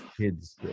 kids